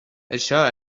això